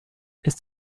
ist